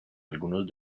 algunos